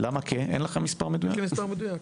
אין לכם מספר מדויק?